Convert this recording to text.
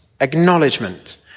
acknowledgement